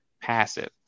passive